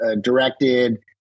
directed